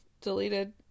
deleted